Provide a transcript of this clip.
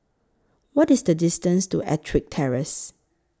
What IS The distance to Ettrick Terrace